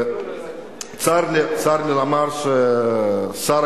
צר לי לומר שהשר